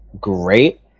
great